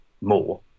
more